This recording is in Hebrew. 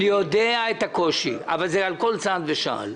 אני יודע את הקושי, הוא צץ על כל צעד ושעל.